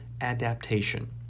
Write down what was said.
adaptation